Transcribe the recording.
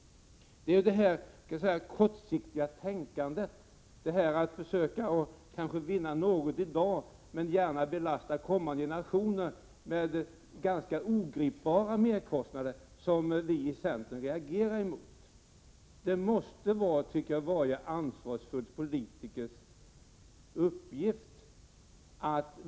Det är detta kortsiktiga tänkande — att försöka vinna något i dag och då gärna belasta kommande generationer med ganska ogripbara merkostnader — som vi i centern reagerar emot.